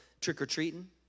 trick-or-treating